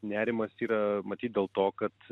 nerimas yra matyt dėl to kad